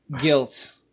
guilt